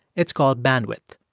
it's called bandwidth.